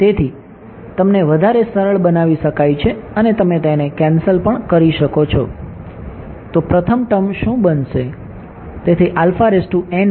તેથી તને વધારે સરળ બનાવી શકાય છે અને તમે તેને કેન્સલ પણ કરી શકો છો તો પ્રથમ ટર્મ શું બનશે